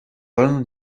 wolno